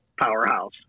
powerhouse